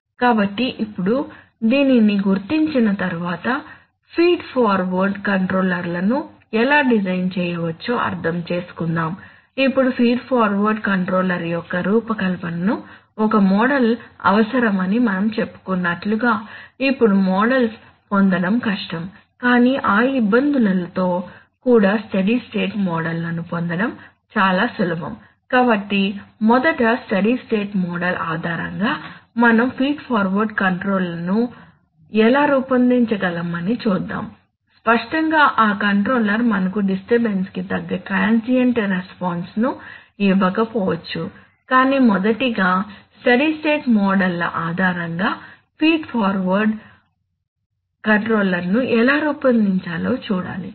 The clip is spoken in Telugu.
కాబట్టి ఇప్పుడు దీనిని గుర్తించిన తరువాత ఫీడ్ ఫార్వర్డ్ కంట్రోలర్లను ఎలా డిజైన్ చేయవచ్చో అర్థం చేసుకుందాం ఇప్పుడు ఫీడ్ ఫార్వర్డ్ కంట్రోలర్ యొక్క రూపకల్పనకు ఒక మోడల్ అవసరమని మనం చెప్పుకునట్లుగా ఇప్పుడు మోడల్స్ పొందడం కష్టం కానీ ఆ ఇబ్బందులతో కూడా స్టడీ స్టేట్ మోడల్ లను పొందడం చాలా సులభం కాబట్టి మొదట స్టడీ స్టేట్ మోడల్ ఆధారంగా మనం ఫీడ్ ఫార్వర్డ్ కంట్రోలర్ను ఎలా రూపొందించగలం అని చూద్దాం స్పష్టంగా ఆ కంట్రోలర్ మనకు డిస్టర్బన్స్ కి తగ్గ ట్రాన్సియెంట్ రెస్పాన్స్ ను ఇవ్వకపోవచ్చు కానీ మొదటిగా స్టడీ స్టేట్ మోడల్ ల ఆధారంగా ఫీడ్ ఫార్వర్డ్ కంట్రోలర్ను ఎలా రూపొందించాలో చూడాలి